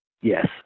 Yes